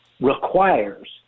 requires